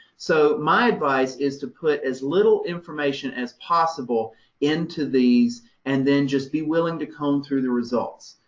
so my advice is to put as little information as possible into these and then just be willing to comb through the results,